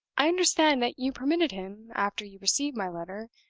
i understand that you permitted him, after you received my letter,